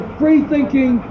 free-thinking